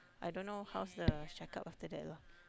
I don't know how's the check up after that lor